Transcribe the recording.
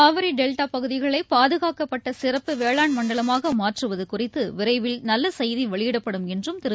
Kaveri delta பகுதிகளை பாதுகாக்கப்பட்ட சிறப்பு வேளாண் மண்டலமாக மாற்றுவது குறித்து விரைவில் நல்ல செய்தி வெளியிடப்படும் என்றும் திரு